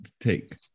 take